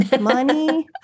Money